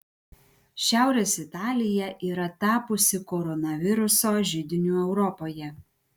šiaurės italija yra tapusi koronaviruso židiniu europoje